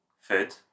Food